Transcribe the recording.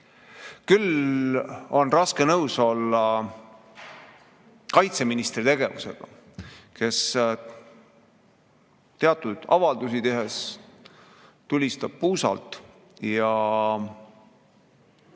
Küll aga on raske nõus olla kaitseministri tegevusega, kes teatud avaldusi tehes tulistab puusalt, ja